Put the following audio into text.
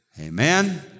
Amen